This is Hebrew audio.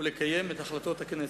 ולקיים את החלטות הכנסת.